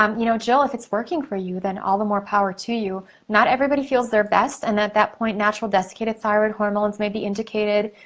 um you know, jill, if it's working for you, then all the more power to you. not everybody feels they're best, and at that point natural desiccated thyroid hormones may be indicated.